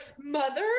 mother